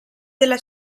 della